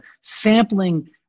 sampling